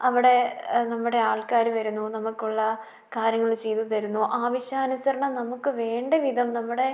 അവിടെ നമ്മുടെ ആൾക്കാർ വരുന്നു നമുക്കുള്ള കാര്യങ്ങൾ ചെയ്തു തരുന്നു ആവശ്യാനുസരണം നമുക്ക് വേണ്ടവിധം നമ്മുടെ